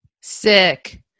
sick